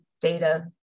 Data